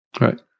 Right